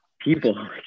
people